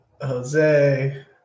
Jose